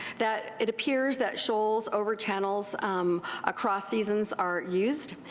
that it appears that shoals over channels across seasons are used,